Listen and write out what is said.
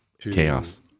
chaos